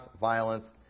violence